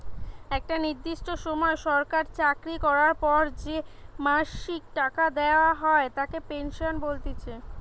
একটা নির্দিষ্ট সময় সরকারি চাকরি করার পর যে মাসিক টাকা দেওয়া হয় তাকে পেনশন বলতিছে